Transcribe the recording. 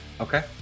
okay